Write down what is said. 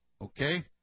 Okay